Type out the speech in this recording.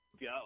go